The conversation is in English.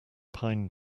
pine